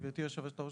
גברתי היו"ר,